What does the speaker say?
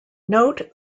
note